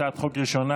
הצעת חוק ראשונה,